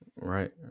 Right